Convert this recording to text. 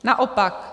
Naopak.